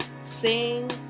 sing